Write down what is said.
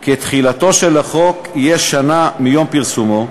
כי תחילתו של החוק תהיה בתום שנה מיום פרסומו,